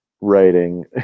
writing